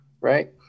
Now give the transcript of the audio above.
right